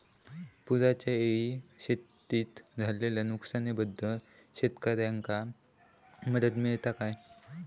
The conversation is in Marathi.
पुराच्यायेळी शेतीत झालेल्या नुकसनाबद्दल शेतकऱ्यांका मदत मिळता काय?